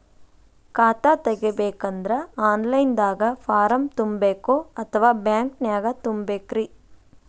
ಖಾತಾ ತೆಗಿಬೇಕಂದ್ರ online ದಾಗ ಫಾರಂ ತುಂಬೇಕೊ ಅಥವಾ ಬ್ಯಾಂಕನ್ಯಾಗ ತುಂಬ ಬೇಕ್ರಿ?